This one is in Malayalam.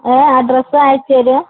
ഏ അഡ്രസ് അയച്ചുതരുമോ